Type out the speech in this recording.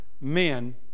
men